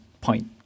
point